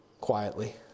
quietly